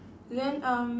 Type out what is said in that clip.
then um